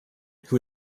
who